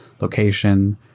location